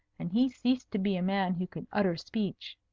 and he ceased to be a man who could utter speech.